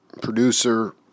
producer